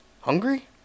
hungry